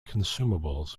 consumables